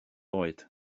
oed